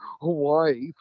Hawaii